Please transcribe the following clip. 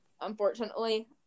unfortunately